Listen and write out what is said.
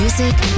Music